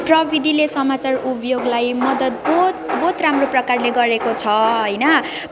प्रविधिले समाचार उद्योगलाई मदत बहुत बहुत राम्रो प्रकारले गरेको छ होइन